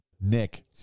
Nick